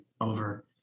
over